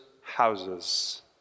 houses